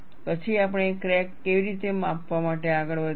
પછી આપણે ક્રેક કેવી રીતે માપવા માટે આગળ વધ્યા